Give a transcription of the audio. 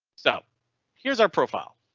so here's our profile.